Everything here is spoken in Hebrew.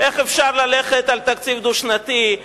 איך אפשר ללכת על תקציב דו-שנתי,